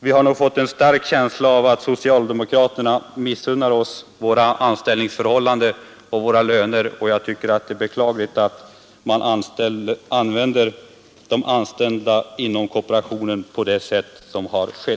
Vi har nog fått en stark känsla av att socialdemokraterna missunnar oss våra löner och anställningsförhållanden.